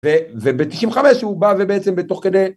וב-95' הוא בא ובעצם בתוך כדי..